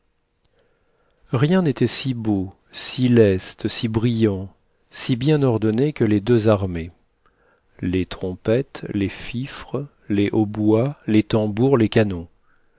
rien n'était si beau si leste si brillant si bien ordonné que les deux armées les trompettes les fifres les hautbois les tambours les canons